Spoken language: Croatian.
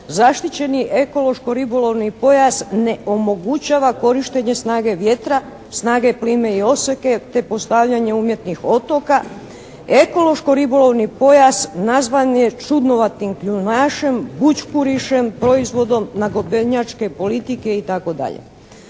zaštićeni ekološko-ribolovni pojas ne omogućava korištenje snage vjetra, snage plime i oseke te postavljanje umjetnih otoka. Ekološko-ribolovni pojas nazvan je čudnovatim kljunašem, bućkurišem, proizvodom nagodbenjačke politike itd.